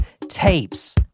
tapes